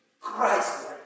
Christ